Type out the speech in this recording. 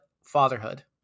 fatherhood